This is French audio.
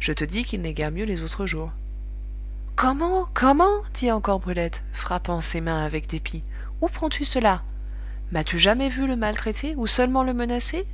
je te dis qu'il n'est guère mieux les autres jours comment comment dit encore brulette frappant ses mains avec dépit où prends-tu cela m'as-tu jamais vue le maltraiter ou seulement le menacer